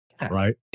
right